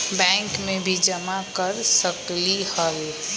Bank में भी जमा कर सकलीहल?